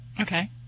Okay